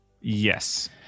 yes